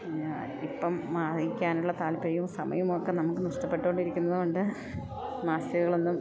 ഇപ്പം വായിക്കാനുള്ള താല്പര്യവും സമയമൊക്കെ നമുക്ക് നഷ്ടപ്പെട്ടുകൊണ്ടിരിക്കുന്നത് കൊണ്ട് മാസികകളൊന്നും